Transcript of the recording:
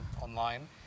online